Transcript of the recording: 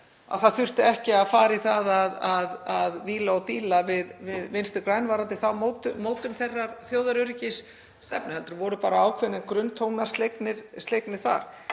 Það þurfti ekki að fara í það að víla og díla við Vinstri græn varðandi mótun þeirrar þjóðaröryggisstefnu heldur voru bara ákveðnir grunntónar slegnir þar.